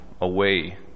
away